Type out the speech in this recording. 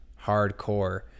hardcore